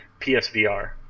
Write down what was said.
psvr